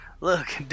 Look